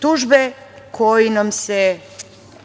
tužbe, koji nam se